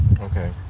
Okay